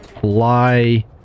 fly